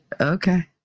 okay